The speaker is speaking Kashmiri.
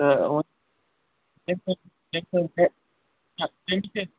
تہٕ